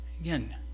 Again